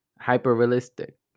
hyper-realistic